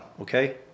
okay